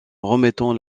remettant